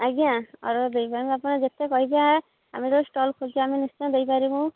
ଆଜ୍ଞା ଅର୍ଡ଼ର୍ ଦେଇପାରିବେ ଆପଣ ଯେତେ କହିବେ ଆମେ ତ ଷ୍ଟଲ୍ ଖୋଲିଛୁ ଆମେ ନିଶ୍ଚୟ ଦେଇପାରିବୁ